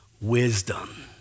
Wisdom